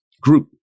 group